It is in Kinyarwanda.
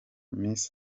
miss